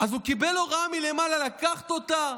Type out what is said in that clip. אז הוא קיבל הוראה מלמעלה לקחת אותה